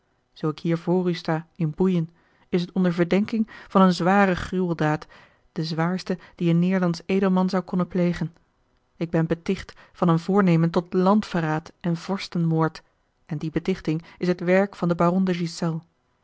zoo ik hier voor u sta in boeien is het onder verdenking van eene zware gruweldaad de zwaarste die een neêrlandsch edelman zou konnen plegen ik ben beticht van een voornemen tot landsverraad en vorstenmoord en die betichting is het werk van den